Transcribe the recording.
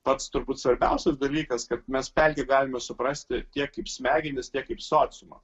pats turbūt svarbiausias dalykas kad mes pelkę galima suprasti tiek kaip smegenys tiek kaip sociumą